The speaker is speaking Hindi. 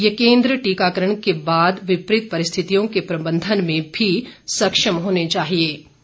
ये केन्द्र टीकाकरण के बाद विपरीत परिस्थिति के प्रबंधन में भी सक्षम होने चाहिएं